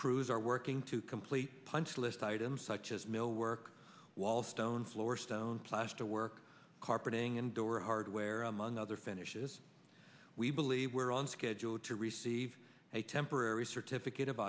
are working to complete the punch list items such as mill work wall stone floor stone plasterwork carpeting and door hardware among other finishes we believe we're on schedule to receive a temporary certificate of